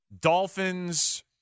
Dolphins